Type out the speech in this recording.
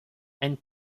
and